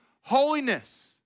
holiness